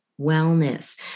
wellness